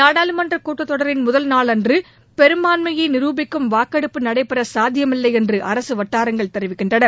நாடாளுமன்ற கூட்டத் தொடரின் முதல் நாளன்று பெரும்பான்மை நிரூபிக்கும் வாக்கெடுப்பு நடைபெற சாத்தியமில்லை என்று அரசு வட்டாரங்கள் தெரிவிக்கின்றன